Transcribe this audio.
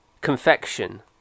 confection